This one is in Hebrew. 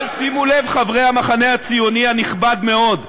אבל שימו לב, חברי המחנה הציוני הנכבד מאוד,